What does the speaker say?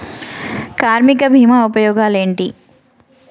కార్మిక బీమా ఉపయోగాలేంటి?